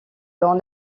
dans